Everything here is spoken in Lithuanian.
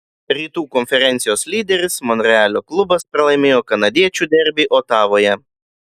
rytų konferencijos lyderis monrealio klubas pralaimėjo kanadiečių derbį otavoje